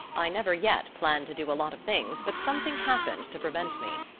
i never yet planned to do a lot of things but something happened to prevent me.